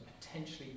potentially